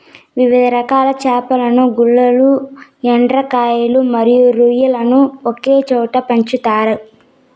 వివిధ రకాల చేపలను, గుల్లలు, ఎండ్రకాయలు మరియు రొయ్యలను ఒకే చోట పెంచుతారు